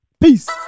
Peace